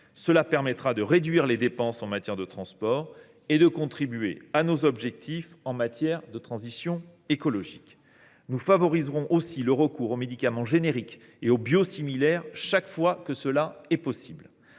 Cela permettra de réduire les dépenses en matière de transport et de contribuer à nos objectifs dans le domaine de la transition écologique. Nous favoriserons aussi le recours aux médicaments génériques ou biosimilaires chaque fois que cela est possible.